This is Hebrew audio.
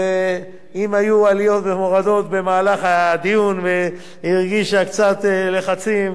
ואם היו עליות ומורדות במהלך הדיון והיא הרגישה קצת לחצים,